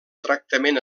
tractament